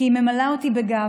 כי היא ממלאה אותי גאווה.